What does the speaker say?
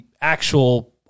actual